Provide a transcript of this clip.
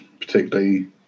particularly